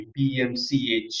BMCH